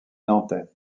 nantais